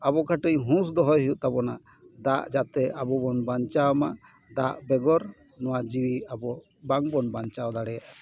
ᱟᱵᱚ ᱠᱟᱹᱴᱤᱡ ᱦᱩᱭ ᱫᱚᱦᱚᱭ ᱦᱩᱭᱩᱜ ᱛᱟᱵᱚᱱᱟ ᱡᱟᱛᱮ ᱟᱵᱚ ᱵᱚᱱ ᱵᱟᱧᱪᱟᱣ ᱢᱟ ᱫᱟᱜ ᱵᱮᱜᱚᱨ ᱱᱚᱣᱟ ᱡᱤᱣᱤ ᱟᱵᱚ ᱵᱟᱝ ᱵᱚᱱ ᱵᱟᱧᱪᱟᱣ ᱫᱟᱲᱮᱭᱟᱜᱼᱟ